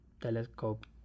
telescope